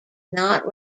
not